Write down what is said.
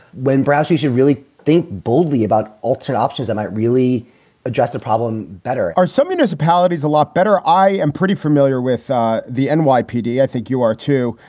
when braschi should really think boldly about alternate options, i might really address the problem better are some municipalities a lot better? i am pretty familiar with ah the and nypd. i think you are too.